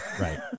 right